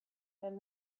and